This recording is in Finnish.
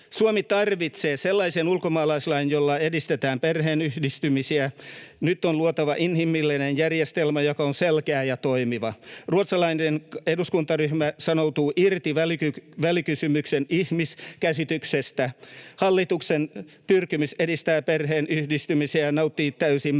Suomi tarvitsee sellaisen ulkomaalaislain, jolla edistetään perheenyhdistämisiä. Nyt on luotava inhimillinen järjestelmä, joka on selkeä ja toimiva. Ruotsalainen eduskuntaryhmä sanoutuu irti välikysymyksen ihmiskäsityksestä. Hallituksen pyrkimys edistää perheenyhdistämisiä nauttii täysin meidän